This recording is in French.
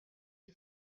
est